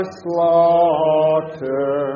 slaughter